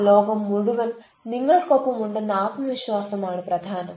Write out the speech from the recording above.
ലോകം മുഴുവൻ നിങ്ങൾക്കൊപ്പം ഉണ്ടെന്ന ആത്മവിശ്വാസം ആണ് പ്രധാനം